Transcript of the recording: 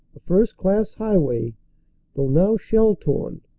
a first-class highway though now shell-torn,